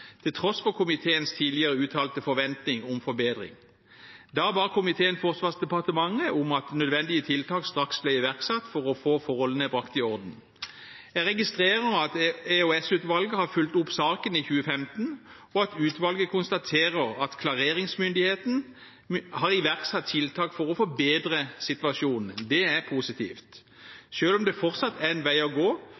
til tross for komiteens tidligere uttalte forventning om forbedring. Da ba komiteen Forsvarsdepartementet om at nødvendige tiltak straks ble iverksatt for å få forholdene brakt i orden. Jeg registrerer at EOS-utvalget har fulgt opp saken i 2015, og at utvalget konstaterer at klareringsmyndighetene har iverksatt tiltak for å forbedre situasjonen. Det er positivt,